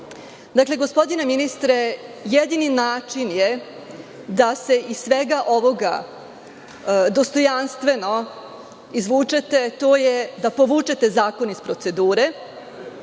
gospodine ministre, jedini način da se iz svega ovoga dostojanstveno izvučete jeste da povučete zakon iz procedure